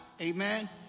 Amen